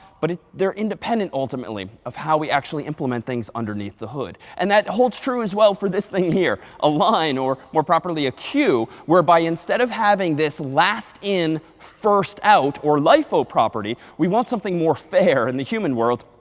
but they're independent, ultimately, ultimately, of how we actually implement things underneath the hood. and that holds true as well for this thing you here. a line, or more properly a queue, whereby instead of having this last in, first out or lifo property, we want something more fair in the human world,